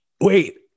wait